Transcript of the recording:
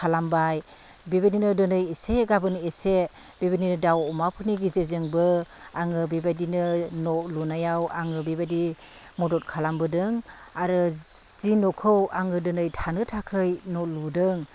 खालामबाय बेबायदिनो दिनै एसे गाबोन एसे बेबायदिनो दाउ अमाफोरनि गेजेरजोंबो आङो बेबायदिनो न' लुनायाव आङो बेबायदि मदद खालामबोदों आरो जि न'खौ आङो दिनै थानो थाखै न' लुदों